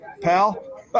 pal